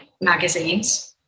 magazines